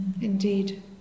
indeed